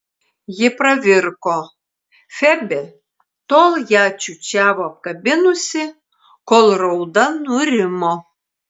ji pravirko febė tol ją čiūčiavo apkabinusi kol rauda nurimo